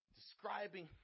describing